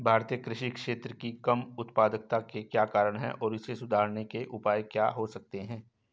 भारतीय कृषि क्षेत्र की कम उत्पादकता के क्या कारण हैं और इसे सुधारने के उपाय क्या हो सकते हैं?